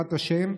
בעזרת השם,